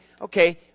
okay